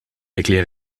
erkläre